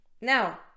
Now